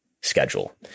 schedule